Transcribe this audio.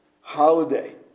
holiday